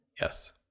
Yes